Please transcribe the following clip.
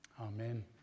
Amen